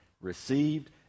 received